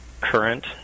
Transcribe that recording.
current